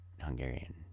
hungarian